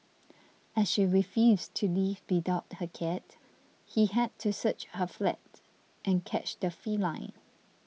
as she refused to leave without her cat he had to search her flat and catch the feline